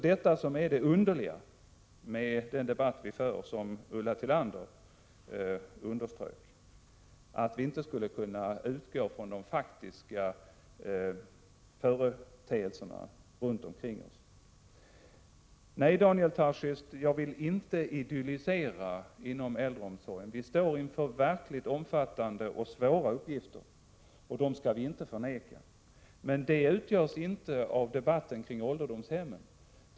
Det är också det underliga med denna debatt, vilket Ulla Tillander underströk, att man inte skulle kunna utgå från de faktiska företeelserna runt omkring OSS. Nej, Daniel Tarschys, jag vill inte idyllisera förhållandena inom äldreomsorgen. Vi står inför verkligt omfattande och svåra uppgifter, som inte skall förnekas. Men de utgörs inte av debatten om ålderdomshemmen.